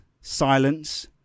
silence